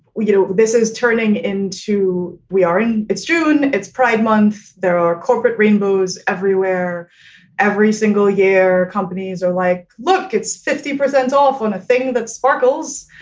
you know this is turning into. we are in. it's june. it's pride month. there are corporate rainbows everywhere every single year. companies are like, look, it's fifty percent off on a thing that sparkles